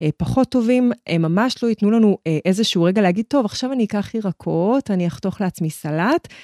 פחות טובים, הם ממש לא יתנו לנו איזשהו רגע להגיד, טוב, עכשיו אני אקח ירקות, אני אחתוך לעצמי סלט.